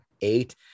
eight